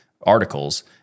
articles